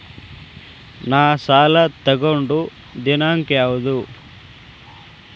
ನಾ ಸಾಲ ತಗೊಂಡು ದಿನಾಂಕ ಯಾವುದು?